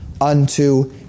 unto